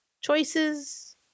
Choices